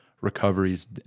recoveries